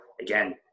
again